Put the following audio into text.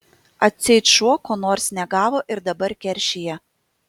atseit šuo ko nors negavo ir dabar keršija